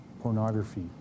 pornography